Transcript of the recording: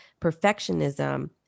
perfectionism